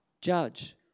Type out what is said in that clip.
judge